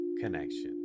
connection